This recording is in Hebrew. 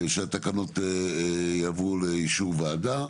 שהתקנות יעברו לאישור וועדה.